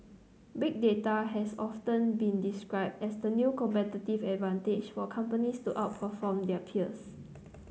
Big Data has often been described as the new competitive advantage for companies to outperform their peers